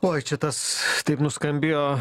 oi čia tas taip nuskambėjo